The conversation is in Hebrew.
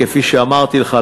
כפי שאמרתי לך,